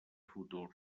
futur